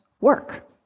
work